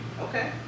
Okay